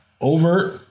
overt